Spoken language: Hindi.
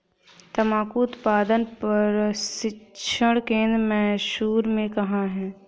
तंबाकू उत्पादन प्रशिक्षण केंद्र मैसूर में कहाँ है?